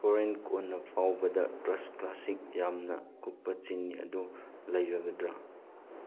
ꯍꯣꯔꯦꯟ ꯀꯣꯟꯅ ꯐꯥꯎꯕꯗ ꯇ꯭ꯔꯁ ꯀ꯭ꯂꯥꯁꯤꯛ ꯌꯥꯝꯅ ꯀꯨꯞꯄ ꯆꯤꯅꯤ ꯑꯗꯨ ꯂꯩꯔꯒꯗ꯭ꯔꯥ